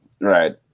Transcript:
right